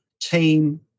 team